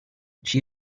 she